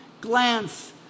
glance